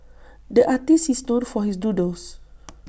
the artist is known for his doodles